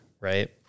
right